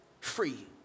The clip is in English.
free